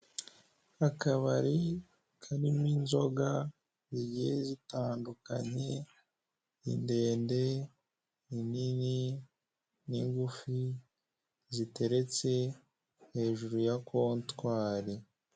Akabari karimo inzoga zigiye zitandukanye indende, inini n'ingufi ziteretse hejuru ya kontwari.